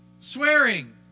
Swearing